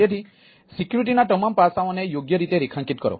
તેથી સિક્યુરિટીના તમામ પાસાઓને યોગ્ય રીતે રેખાંકિત કરો